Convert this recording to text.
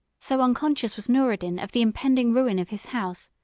so unconscious was noureddin of the impending ruin of his house,